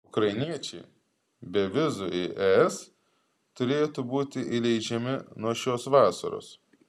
ukrainiečiai be vizų į es turėtų būti įleidžiami nuo šios vasaros